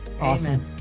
awesome